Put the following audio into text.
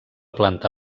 planta